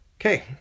Okay